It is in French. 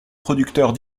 producteurs